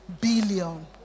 billion